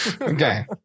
Okay